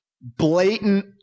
Blatant